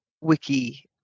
wiki